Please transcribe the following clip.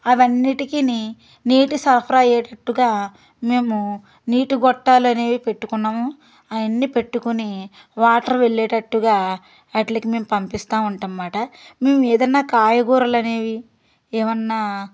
అవి అన్నింటికి నీటి సరఫరా అయ్యేటట్టుగా మేము నీటి గొట్టాలు అనేవి పెట్టుకున్నాము అవి అన్నీ పెట్టుకొని వాటర్ వెళ్ళేటట్టుగా వాటికి మేము పంపిస్తా ఉంటాం అన్నమాట మేము ఏదన్నా కాయగూరలు అనేవి ఏమన్నా